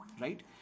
Right